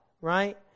right